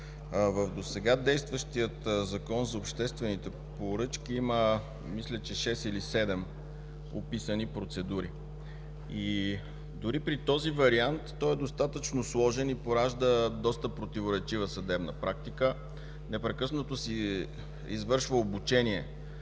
В досега действащия Закон за обществените поръчки има, мисля, шест или седем описани процедури. Дори при този вариант той е достатъчно сложен и поражда доста противоречива съдебна практика. Непрекъснато се извършва обучение